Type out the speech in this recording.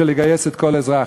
של לגייס כל אזרח.